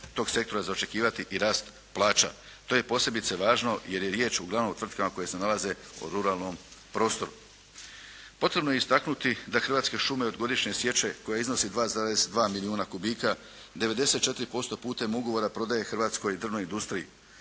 tog sektora za očekivati i rast plaća. To je posebice važno jer je riječ uglavnom o tvrtkama koje se nalaze u ruralnom prostoru. Potrebno je istaknuti da Hrvatske šume od godišnje sječe koja iznosi 2,2 milijuna kubika 94% putem ugovora prodaje hrvatskoj drvnoj industriji